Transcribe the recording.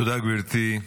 תודה, גברתי.